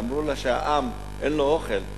שאמרו לה שהעם, אין לו אוכל,